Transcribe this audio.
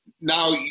now